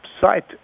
site